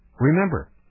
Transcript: Remember